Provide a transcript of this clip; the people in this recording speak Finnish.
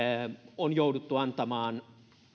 on jouduttu antamaan